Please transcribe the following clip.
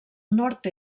nord